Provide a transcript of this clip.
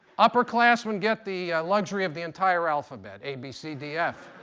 upperclassmen get the luxury of the entire alphabet a, b, c, d, f.